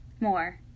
More